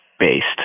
based